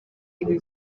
ibi